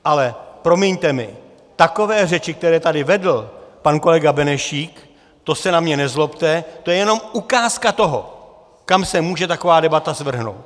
Ale promiňte mi, takové řeči, které tady vedl pan kolega Benešík, to se na mě nezlobte, to je jenom ukázka toho, kam se může taková debata svrhnout.